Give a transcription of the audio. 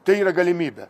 tai yra galimybė